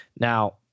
Now